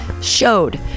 showed